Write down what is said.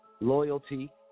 loyalty